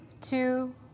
two